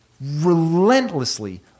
relentlessly